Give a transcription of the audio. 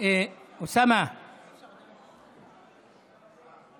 אינו נוכח דסטה גדי יברקן,